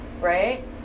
Right